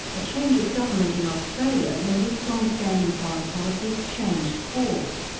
a change of government in australia meant its long-standing foreign policy changed course.